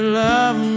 love